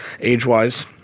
age-wise